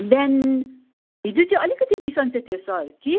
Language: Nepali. बिहान हिजो चाहिँ अलिकति बिसन्चो थियो सर कि